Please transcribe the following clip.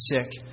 sick